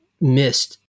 missed